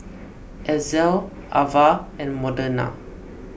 Ezell Avah and Modena